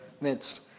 midst